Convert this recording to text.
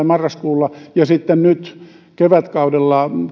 marraskuulla ja sitten nyt kevätkaudella